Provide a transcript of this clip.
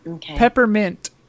Peppermint